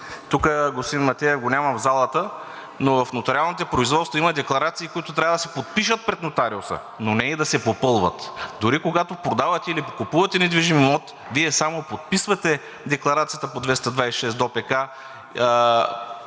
тук господин Матеев го няма в залата, но в нотариалните производства има декларации, които трябва да се подпишат пред нотариуса, но не и да се попълват. Дори когато продавате или купувате недвижим имот, Вие само подписвате декларацията по чл.